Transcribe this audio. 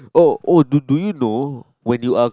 (ohoh) do do you know when you are